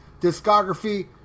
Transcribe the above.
discography